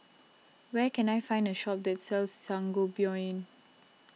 where can I find a shop that sells Sangobion